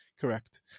correct